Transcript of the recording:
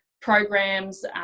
programs